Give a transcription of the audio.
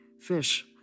fish